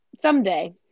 Someday